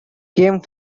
came